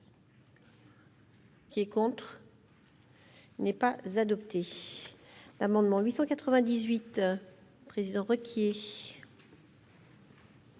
Qui est contre, n'est pas adopté l'amendement 898 président requis